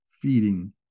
feeding